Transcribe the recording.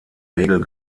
regel